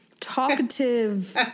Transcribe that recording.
talkative